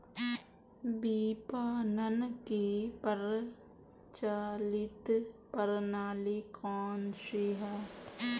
विपणन की प्रचलित प्रणाली कौनसी है?